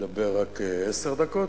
שאדבר רק עשר דקות.